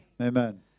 Amen